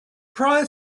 prior